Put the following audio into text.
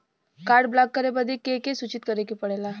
Card block करे बदी के के सूचित करें के पड़ेला?